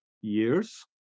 years